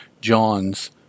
John's